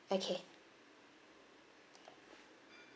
okay